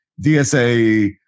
DSA